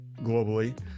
globally